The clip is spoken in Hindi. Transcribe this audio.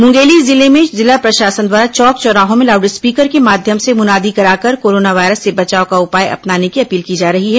मुंगेली जिले में जिला प्रशासन द्वारा चौक चौराहों में लाउड स्पीकर के माध्यम से मुनादी कराकर कोरोना वायरस से बचाव का उपाय अपनाने की अपील की जा रही है